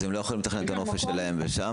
אז הם לא יכולים לתכנן את הנופש שלהם שם,